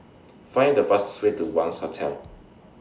Find The fastest Way to Wangz Hotel